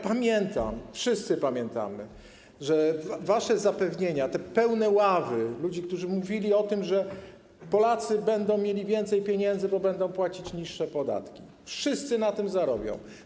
Pamiętam, wszyscy pamiętamy, te wasze zapewnienia, te pełne ławy ludzi, którzy mówili o tym, że Polacy będą mieli więcej pieniędzy, bo będą płacić niższe podatki, wszyscy na tym zarobią.